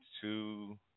two